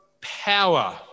power